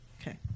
Okay